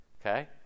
Okay